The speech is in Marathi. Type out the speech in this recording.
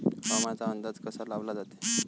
हवामानाचा अंदाज कसा लावला जाते?